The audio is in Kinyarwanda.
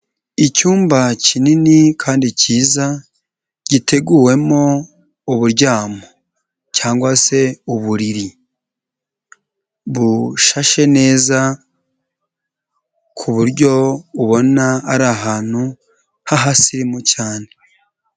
Icyumba kinini kandi cyiza, giteguwemo uburyamo cyangwa se uburiri, bushashe neza ku buryo ubona ari ahantu h'ahasirimu cyane.